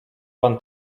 pan